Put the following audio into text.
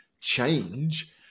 change